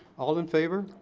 all in favor?